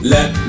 Let